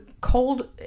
cold